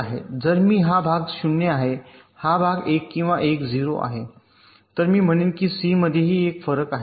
जर मी हा भाग ० आहे हा भाग १ किंवा १ आणि ० आहे तर मी म्हणेन की c मध्येही एक फरक आहे